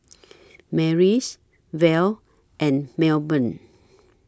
Marlys Verl and Melbourne